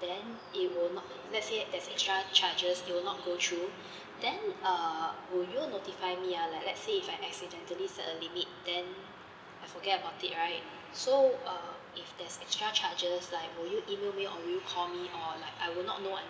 then it will not let's say there's extra charges it will not go through then uh would you notify me ah like let's say if I accidentally set a limit then I forget about it right so err if there's extra charges like will you email me or will you call me or like I would not know until